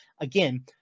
again